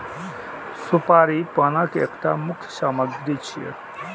सुपारी पानक एकटा मुख्य सामग्री छियै